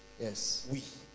Yes